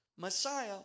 Messiah